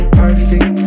perfect